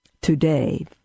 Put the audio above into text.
Today